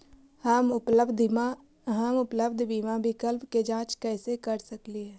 हम उपलब्ध बीमा विकल्प के जांच कैसे कर सकली हे?